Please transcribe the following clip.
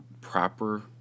proper